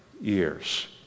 years